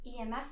EMF